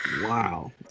Wow